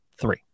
three